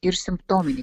ir simptominį